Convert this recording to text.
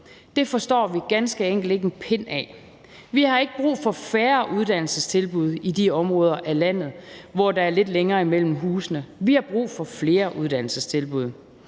Det forstår vi ganske enkelt ikke en pind af. Vi har ikke brug for færre uddannelsestilbud i de områder af landet, hvor der er lidt længere mellem husene; vi har brug for flere uddannelsestilbud.